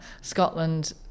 Scotland